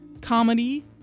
Comedy